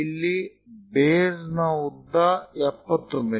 ಇಲ್ಲಿ ಬೇಸ್ ನ ಉದ್ದ 70 ಮಿ